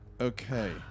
Okay